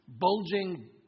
bulging